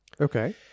okay